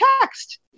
text